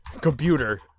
computer